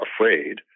afraid